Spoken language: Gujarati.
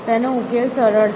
તેનો ઉકેલ સરળ છે